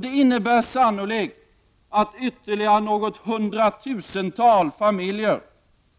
Det kommer sannolikt att innebära att ytterligare hundratusentals familjer